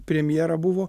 premjera buvo